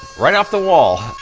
right off the wall.